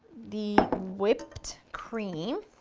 the whipped cream,